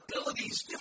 abilities